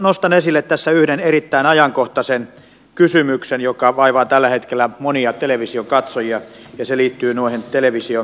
nostan esille tässä yhden erittäin ajankohtaisen kysymyksen joka vaivaa tällä hetkellä monia televisionkatsojia ja se liittyy noihin televisiokuvan häiriöihin